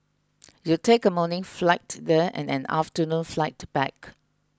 you'll take a morning flight there and an afternoon flight back